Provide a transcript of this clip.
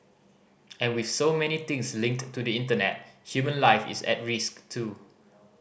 and with so many things linked to the Internet human life is at risk too